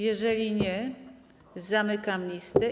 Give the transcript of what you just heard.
Jeżeli nie, zamykam listę.